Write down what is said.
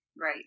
Right